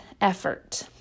effort